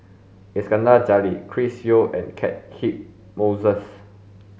Iskandar Jalil Chris Yeo and Catchick Moses